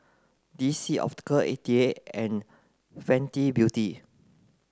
D C Optical eighty eight and Fenty Beauty